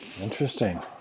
Interesting